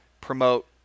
promote